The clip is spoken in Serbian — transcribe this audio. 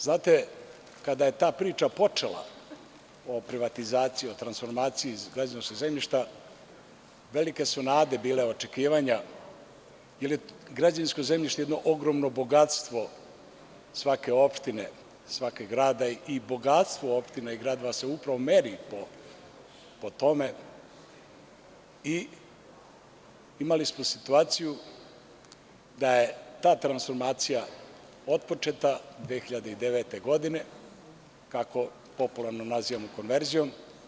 Znate, kada je ta priča počela o privatizaciji, transformaciji građevinskog zemljišta velike su nade bile i očekivanja jer je građevinsko zemljište jedno ogromno bogatstvo svake opštine, svakog grada i bogatstvo opštine gradova se upravo meri po tome i imali smo situaciju da je ta transformacija otpočeta 2009. godine, kako popularno nazivamo konverzija.